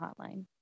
Hotline